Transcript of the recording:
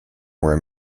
were